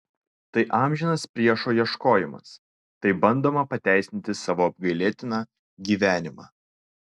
tai amžinas priešo ieškojimas taip bandoma pateisinti savo apgailėtiną gyvenimą